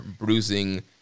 bruising